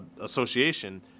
Association